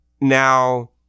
now